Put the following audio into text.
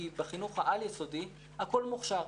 כי בחינוך העל-יסודי הכול מוכש"ר,